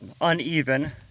uneven